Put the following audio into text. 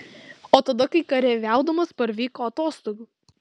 o tada kai kareiviaudamas parvyko atostogų